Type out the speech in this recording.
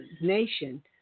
nation